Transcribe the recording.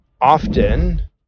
often